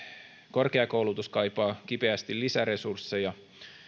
korkeakoulutus kaipaa kipeästi lisäresursseja